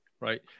Right